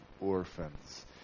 orphans